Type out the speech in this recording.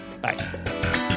Bye